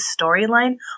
storyline